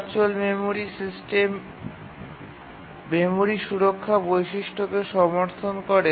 virtual memory সিস্টেমটি memory সুরক্ষার বৈশিষ্ট্যটিকে সমর্থন করে